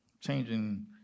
changing